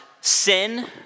sin